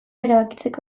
erabakitzeko